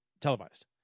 televised